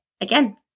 again